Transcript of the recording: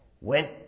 went